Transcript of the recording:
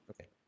Okay